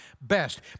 best